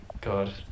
God